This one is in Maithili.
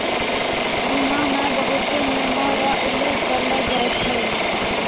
बीमा मे बहुते नियमो र उल्लेख करलो जाय छै